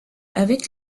avec